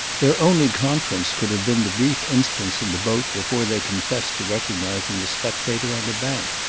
their only conference could have been the brief instants in the boat before they confessed to recognising the spectator on the bank,